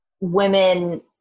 women